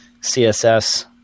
CSS